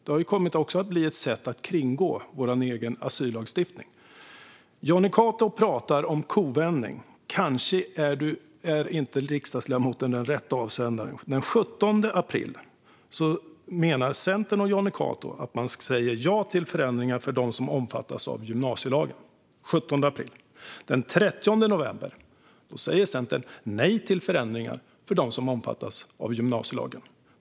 Det har kommit att bli ett sätt att kringgå vår asyllagstiftning. Jonny Cato pratar om kovändning, men kanske är riksdagsledamoten inte rätt avsändare. Den 17 april sa Centern och Jonny Cato ja till förändringar för dem som omfattas av gymnasielagen. Den 30 november sa Centern nej till förändringar för dem som omfattas av gymnasielagen.